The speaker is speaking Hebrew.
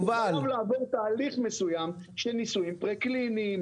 חייב לעבור תהליך של מסוים של ניסויים קליניים.